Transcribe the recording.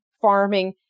farming